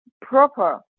proper